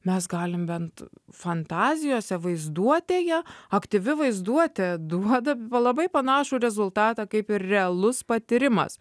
mes galim bent fantazijose vaizduotėje aktyvi vaizduotė duoda labai panašų rezultatą kaip ir realus patyrimas